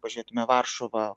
pažėtume varšuva